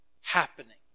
happening